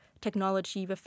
technology